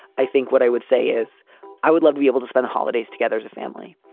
i think what i would say is i would love to be able to spend holidays together as a family.